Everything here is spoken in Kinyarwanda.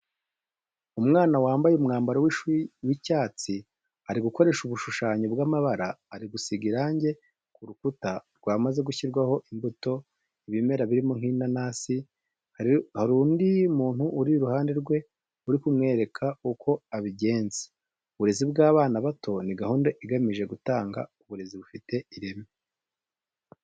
Umwana wambaye umwambaro w’ishuri w’icyatsi, ari gukoresha ubushushanyo bw’amabara. Ari gusiga irangi ku rukuta, rwamaze gushyirwaho imbuto, ibimera birimo nk’inanasi. Hari undi muntu uri iruhande rwe uri kumwerekera uko abigenza. Uburezi bw’abana bato ni gahunda igamije gutanga uburezi bufite ireme.